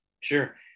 Sure